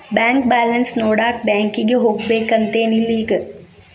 bank balance ನೋಡಾಕ ಬ್ಯಾಂಕಿಗೆ ಹೋಗ್ಬೇಕಂತೆನ್ ಇಲ್ಲ ಈಗ